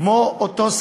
באותה